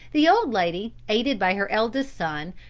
the old lady, aided by her eldest son,